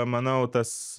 manau tas